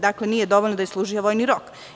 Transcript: Dakle, nije dovoljno da je služio vojni rok.